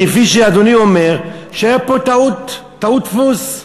כפי שאדוני אומר, הייתה פה טעות דפוס.